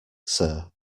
sir